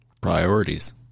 Priorities